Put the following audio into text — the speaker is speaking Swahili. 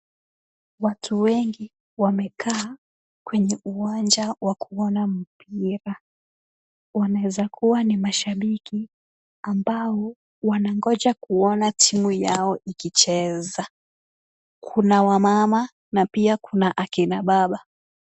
Watu wengi wamekaa kwenye uwanja wa kuona mpira. Wanawezakuwa ni mashabiki ambao wanangoja kuona timu yao ikicheza. Kuna wamama na pia kuna akina baba.